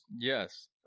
yes